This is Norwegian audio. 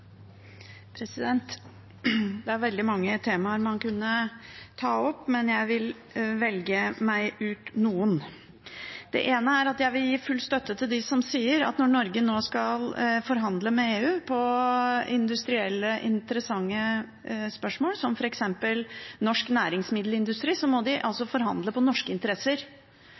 Det er veldig mange temaer man kunne ta opp, men jeg vil velge meg ut noen. Det ene er at jeg vil gi full støtte til dem som sier at når Norge nå skal forhandle med EU om industrielle, interessante spørsmål, som f.eks. norsk næringsmiddelindustri, må en forhandle ut fra norske interesser.